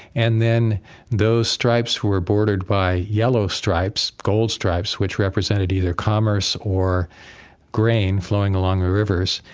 and then those stripes were bordered by yellow stripes, gold stripes, which represented either commerce or grain, flowing along the rivers,